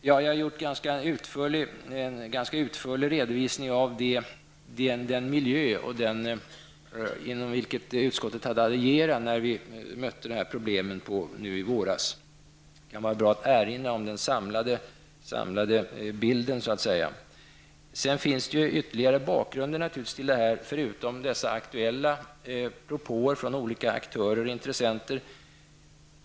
Jag har gjort en ganska utförlig redovisning av den miljö inom vilken utskottet hade att agera när vi mötte dessa problem i våras. Det kan vara bra att erinra om den samlade bilden. Sedan finns naturligtvis ytterligare bakgrunder till detta förutom de aktuella propåerna från olika aktörer och intressenter.